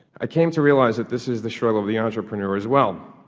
i came to realize that this is the struggle of the entrepreneur as well,